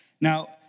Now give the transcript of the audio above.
Now